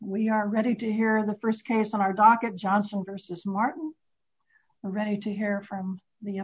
we are ready to hear the st case on our docket johnson versus martin ready to hear from the